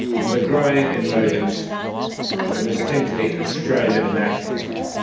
and the growing emergence of a distinctly australian nationalism.